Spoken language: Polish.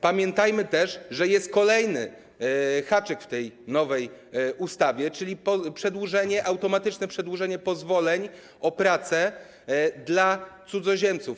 Pamiętajmy też, że jest kolejny haczyk w tej nowej ustawie, czyli przedłużenie, automatyczne przedłużenie pozwoleń o pracę dla cudzoziemców.